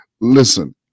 listen